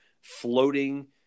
floating